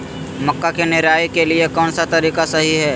मक्का के निराई के लिए कौन सा तरीका सही है?